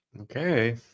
Okay